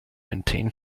maintain